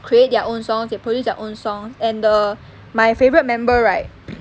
create their own songs they produce their own song and the my favourite member right